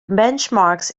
benchmarks